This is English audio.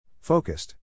Focused